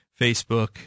Facebook